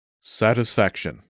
Satisfaction